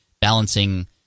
balancing